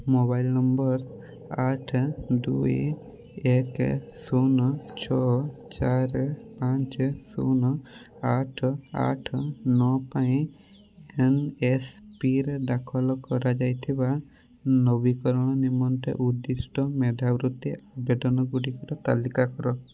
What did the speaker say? mobile number ଆଠ ଦୁଇ ଏକ ଶୂନ ଛଅ ଚାରି ପାଞ୍ଚ ଶୂନ ଆଠ ଆଠ ନଅ ପାଇଁ ଏନ୍ଏସ୍ପିରେ ଦାଖଲ କରାଯାଇଥିବା ନବୀକରଣ ନିମନ୍ତେ ଉଦ୍ଦିଷ୍ଟ ମେଧାବୃତ୍ତି ଆବେଦନ ଗୁଡ଼ିକର ତାଲିକା କର